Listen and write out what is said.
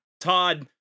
Todd